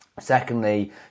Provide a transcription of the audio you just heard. Secondly